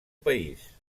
país